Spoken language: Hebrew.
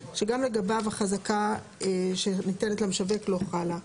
שגם לגביו החזקה שניתנת למשווק לא חלה.